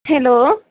hello